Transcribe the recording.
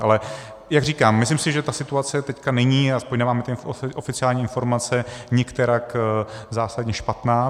Ale jak říkám, myslím si, že ta situace není, aspoň nemám ty oficiální informace, nikterak zásadně špatná.